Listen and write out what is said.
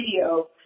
video